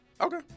Okay